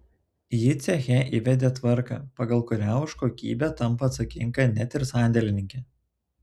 ji ceche įvedė tvarką pagal kurią už kokybę tampa atsakinga net ir sandėlininkė